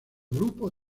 grupo